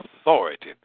authority